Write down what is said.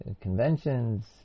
conventions